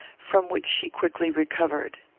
from which she quickly recovered